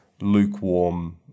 lukewarm